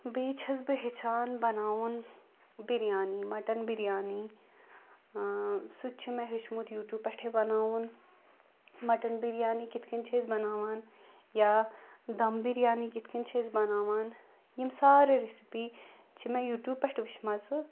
بیٚیہِ چھَس بہٕ ہیٚچھان بَناوُن بِریانی مَٹَن بِریانی سُہ تہِ چھُ مےٚ ہیٚوچھمُت یوٗ ٹیٛوٗب پیٚٹھٕے بَناوُن مَٹَن بِریانی کِتھٕ کٔنۍ چھِ أسۍ بَناوان یا دَم بِریانی کِتھٕ کٔنۍ چھِ أسۍ بَناوان یِم سٲریٚے ریٚسپی چھِ مےٚ یوٗ ٹیٛوٗب پیٚٹھٕ وُچھمَژٕ